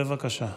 בבקשה.